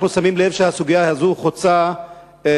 אנחנו שמים לב שהסוגיה הזו חוצה מפלגות,